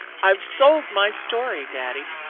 i've sold my story, daddy.